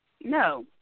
No